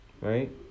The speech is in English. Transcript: Right